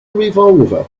revolver